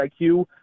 IQ